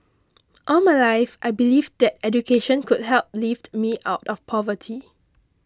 all my life I believed that education could help lift me out of poverty